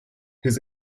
his